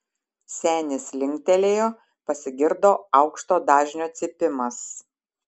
senis linktelėjo pasigirdo aukšto dažnio cypimas